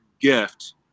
gift